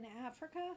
Africa